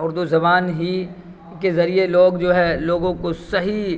اردو زبان ہی کے ذریعے لوگ جو ہے لوگوں صحیح